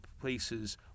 places